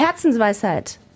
Herzensweisheit